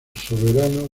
soberano